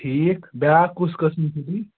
ٹھیٖک بیٛاکھ کُس قسٕم چھُو تۄہہِ